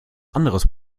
anderes